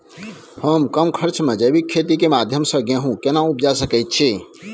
हम कम खर्च में जैविक खेती के माध्यम से गेहूं केना उपजा सकेत छी?